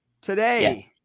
today